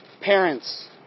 Parents